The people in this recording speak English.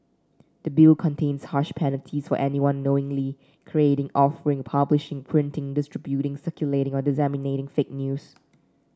the Bill contains harsh penalties for anyone knowingly creating offering publishing printing distributing circulating or disseminating fake news